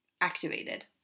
activated